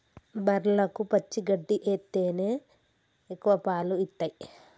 బర్లకు పచ్చి గడ్డి ఎత్తేనే ఎక్కువ పాలు ఇత్తయ్